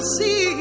see